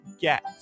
get